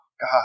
god